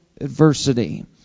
adversity